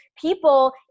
people